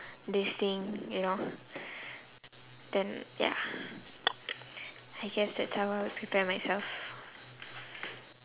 this thing you know then ya I guess that's how I would prepare myself